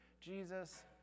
Jesus